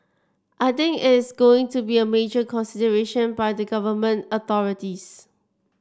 I think is going to be a major consideration by the Government authorities